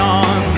on